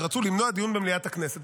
שרצו למנוע דיון במליאת הכנסת,